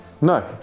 No